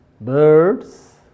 birds